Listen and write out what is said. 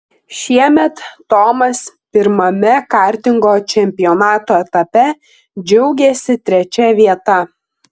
šiemet tomas pirmame kartingo čempionato etape džiaugėsi trečia vieta